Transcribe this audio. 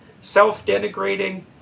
self-denigrating